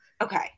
okay